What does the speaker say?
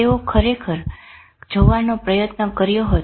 તેઓએ ખરેખર જોવાનો પ્રયત્ન કર્યો હતો